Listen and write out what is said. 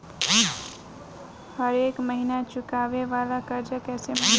हरेक महिना चुकावे वाला कर्जा कैसे मिली?